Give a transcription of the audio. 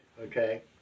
okay